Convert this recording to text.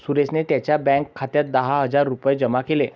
सुरेशने त्यांच्या बँक खात्यात दहा हजार रुपये जमा केले